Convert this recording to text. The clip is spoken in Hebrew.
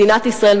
מדינת ישראל,